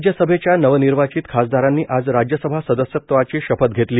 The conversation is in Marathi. राज्य सभेच्या नवनिर्वाचित खासदारांनी आज राज्यसभा सदस्यत्वाची शपथ घेतली